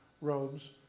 robes